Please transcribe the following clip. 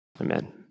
amen